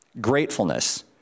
gratefulness